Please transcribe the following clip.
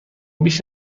بیش